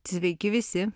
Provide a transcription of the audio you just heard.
sveiki visi